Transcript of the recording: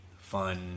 fun